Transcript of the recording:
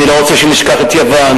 אני לא רוצה שנשכח את יוון,